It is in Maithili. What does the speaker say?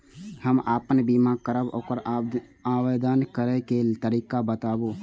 हम आपन बीमा करब ओकर आवेदन करै के तरीका बताबु?